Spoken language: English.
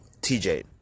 TJ